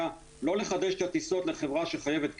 לא לחדש את הטיסות לחברה שחייבת כסף.